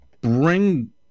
bring